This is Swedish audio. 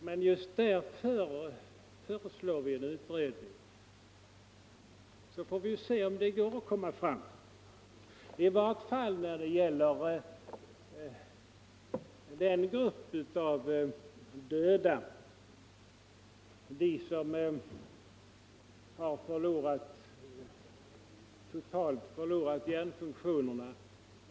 Men just därför föreslår vi en utredning så att vi skall kunna avgöra om det går att finna en framkomlig väg i varje fall när det gäller den grupp som totalt har förlorat hjärnfunktionerna.